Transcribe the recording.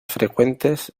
frecuentes